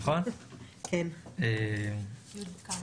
יהודית כרמי.